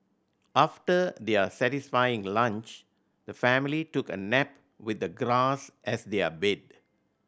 after their satisfying lunch the family took a nap with the grass as their bed